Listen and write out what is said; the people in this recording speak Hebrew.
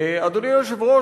אדוני היושב-ראש,